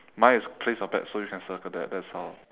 mine is place your bets so you can circle that that's our